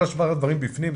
כל שאר הדברים בפנים,